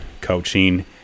coaching